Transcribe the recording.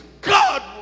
God